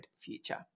future